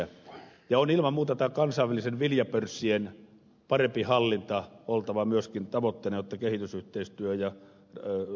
ilman muuta tämän kansainvälisen viljapörssin paremman hallinnan on oltava myöskin tavoitteena jotta kehitysyhteistyöhön ja ruokakriisiin voidaan puuttua